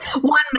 one